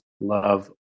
love